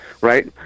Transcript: right